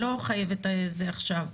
אני לא חייבת תשובה עכשיו,